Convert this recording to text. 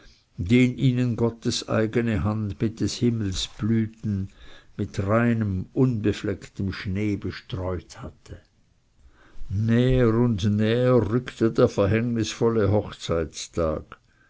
den ihnen gottes eigene hand mit des himmels blüten mit reinem unbeflecktem schnee bestreut hatte näher und näher rückte der verhängnisvolle hochzeittag